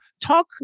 talk